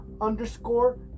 underscore